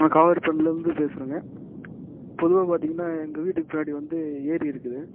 நான் காவேரிப்பட்டிலருந்து பேசுகிறேங்க பொதுவாக பார்த்திங்கனா எங்கள் வீட்டு பின்னாடி வந்து ஏரி இருக்குது